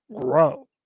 grow